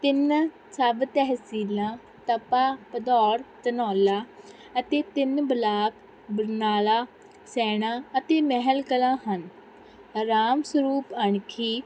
ਤਿੰਨ ਸਬ ਤਹਿਸੀਲਾਂ ਤਪਾ ਭਦੌੜ ਧਨੌਲਾ ਅਤੇ ਤਿੰਨ ਬਲਾਕ ਬਰਨਾਲਾ ਸੈਣਾ ਅਤੇ ਮਹਿਲਕਲਾਂ ਹਨ ਰਾਮ ਸਰੂਪ ਅਣਖੀ